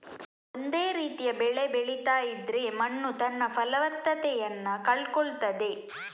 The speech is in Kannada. ಒಂದೇ ರೀತಿಯ ಬೆಳೆ ಬೆಳೀತಾ ಇದ್ರೆ ಮಣ್ಣು ತನ್ನ ಫಲವತ್ತತೆಯನ್ನ ಕಳ್ಕೊಳ್ತದೆ